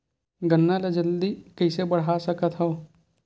गन्ना ल जल्दी कइसे बढ़ा सकत हव?